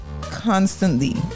constantly